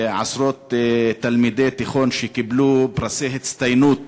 עשרות תלמידי תיכון קיבלו פרסי הצטיינות